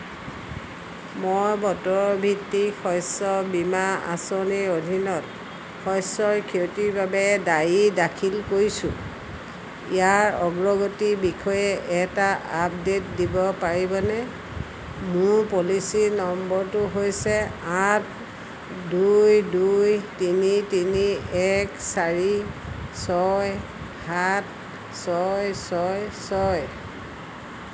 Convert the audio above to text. মই বতৰ ভিত্তিক শস্য বীমা আঁচনিৰ অধীনত শস্যৰ ক্ষতিৰ বাবে দাবী দাখিল কৰিছোঁ ইয়াৰ অগ্ৰগতিৰ বিষয়ে এটা আপডেট দিব পাৰিবনে মোৰ পলিচী নম্বৰটো হৈছে আঠ দুই দুই তিনি তিনি এক চাৰি ছয় সাত ছয় ছয় ছয়